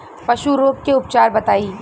पशु रोग के उपचार बताई?